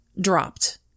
dropped